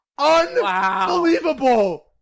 Unbelievable